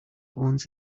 owns